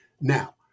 Now